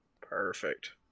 Perfect